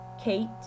Kate